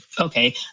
okay